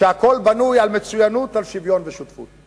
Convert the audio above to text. שהכול בה בנוי על מצוינות, על שוויון ועל שותפות.